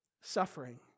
suffering